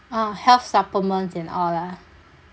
ah health supplements and all ah